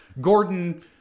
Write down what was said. Gordon